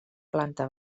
planta